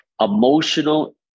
emotional